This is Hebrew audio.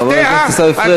חבר הכנסת עיסאווי פריג',